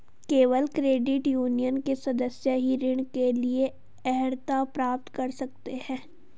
केवल credit union के सदस्य ही ऋण के लिए अर्हता प्राप्त कर सकते हैं